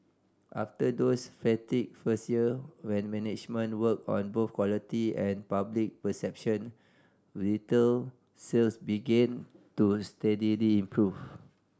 after those frantic first year when management worked on both quality and public perception retail sales began to steadily improve